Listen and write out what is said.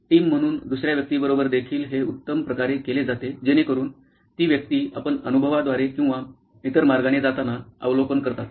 team म्हणून दुसर्या व्यक्तीबरोबर देखील हे उत्तम प्रकारे केले जाते जेणेकरून ती व्यक्ती आपण अनुभवाद्वारे किंवा इतर मार्गाने जाताना अवलोकन करतात